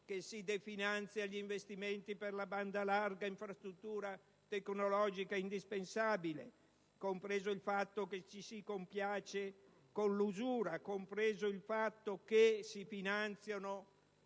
che si definanziano gli investimenti per la banda larga, infrastruttura tecnologica indispensabile, compreso il fatto che ci si compiace con l'usura, compreso il fatto che si finanziano